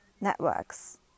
networks